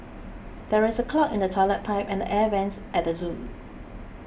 there is a clog in the Toilet Pipe and Air Vents at the zoo